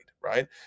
right